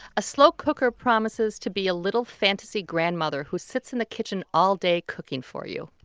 a slow cooker promises to be a little fantasy grandmother who sits in the kitchen all day cooking for you.